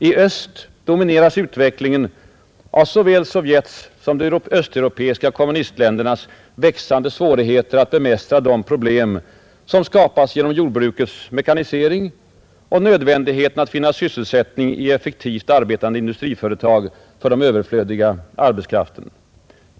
I öst domineras utvecklingen av såväl Sovjetunionens som de östeuropeiska kommunistländernas växande svårigheter att bemästra de problem som skapas genom jordbrukets mekanisering och nödvändigheten att finna sysselsättning i effektivt arbetande industriföretag för den härigenom överflödiga arbetskraften.